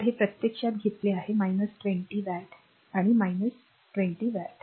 तर हे प्रत्यक्षात घेतले आहे 20 वॅट आणि 20 वॅट